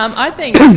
um i think